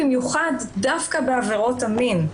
במיוחד דווקא בעבירות המין,